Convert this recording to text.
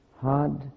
hard